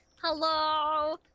Hello